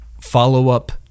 follow-up